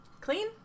clean